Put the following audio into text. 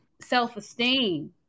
self-esteem